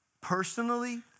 Personally